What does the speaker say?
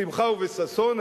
בשמחה ובששון,